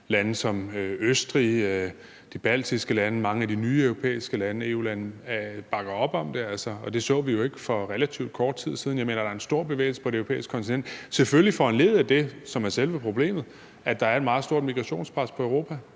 lande som Østrig, de baltiske lande og mange af de nye EU-lande, hvor man bakker op om det, og det så vi jo ikke for relativt kort tid siden. Jeg mener, der er en stor bevægelse på det europæiske kontinent – selvfølgelig foranlediget af det, som er selve problemet, nemlig at der er et meget stort migrationspres på Europa.